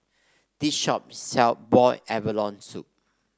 this shop sell Boiled Abalone Soup